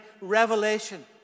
revelation